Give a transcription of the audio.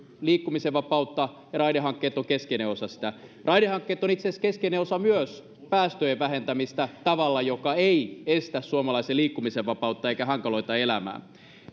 liikkumisen vapautta ja raidehankkeet ovat keskeinen osa sitä raidehankkeet ovat itse asiassa keskeinen osa myös päästöjen vähentämistä tavalla joka ei estä suomalaisten liikkumisen vapautta eikä hankaloita elämää